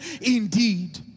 indeed